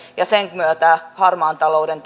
ja sen myötä harmaan talouden